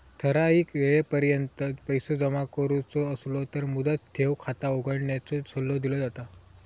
ठराइक येळेपर्यंत पैसो जमा करुचो असलो तर मुदत ठेव खाता उघडण्याचो सल्लो दिलो जाता